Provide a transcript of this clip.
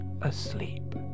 asleep